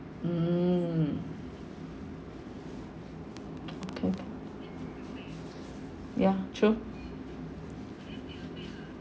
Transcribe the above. mm okay okay ya true